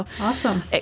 Awesome